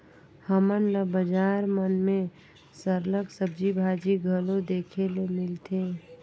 हमन ल बजार मन में सरलग सब्जी भाजी घलो देखे ले मिलथे